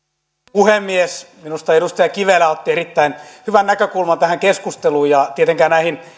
puhemies minusta edustaja kivelä otti erittäin hyvän näkökulman tähän keskusteluun ja tietenkään näitä